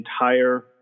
entire